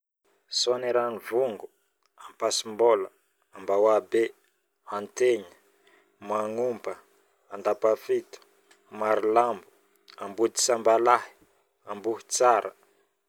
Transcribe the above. Soanieran ivongo, ampasimbola, ambahoabe, antagnigny, magnompagna, andapafito, marolambo, ambodisambalahy, ambohitsara